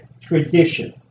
tradition